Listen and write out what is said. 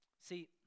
See